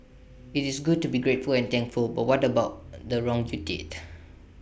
IT is good to be grateful and thankful but what about the wrong you did